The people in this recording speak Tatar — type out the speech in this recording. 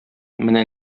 менә